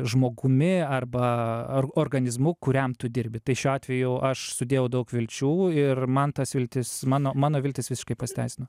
žmogumi arba ar organizmu kuriam tu dirbi tai šiuo atveju aš sudėjau daug vilčių ir man tas viltis mano mano viltys visiškai pasiteisino